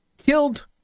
Killed